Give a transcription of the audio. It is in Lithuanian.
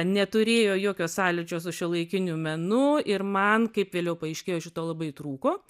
neturėjo jokio sąlyčio su šiuolaikiniu menu ir man kaip vėliau paaiškėjo šito labai trūko